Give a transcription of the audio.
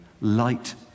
light